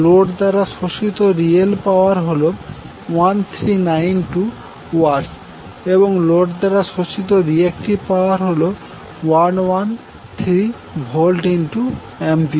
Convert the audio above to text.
load দ্বারা শোষিত real power হল 1392 Watts এবং লোড দ্বারা শোষিত রিয়াক্টিভ পাওয়ার হল 113 VA